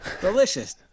delicious